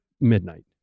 midnight